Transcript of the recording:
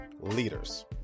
leaders